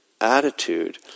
attitude